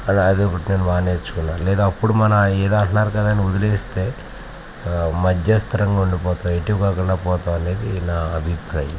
అది అది ఒకటి నేను బాగా నేర్చుకున్నాను లేదా అప్పుడు మనం ఏదో అంటున్నారు కదా అని వదిలేస్తే మధ్యస్థరంగా ఉండిపోతాం ఎటు కాకుండా పోతాం అనేది నా అభిప్రాయం